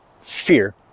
fear